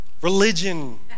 religion